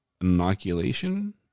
inoculation